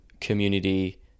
community